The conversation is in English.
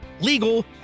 legal